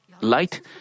light